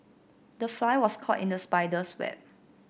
the fly was caught in the spider's web